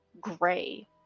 gray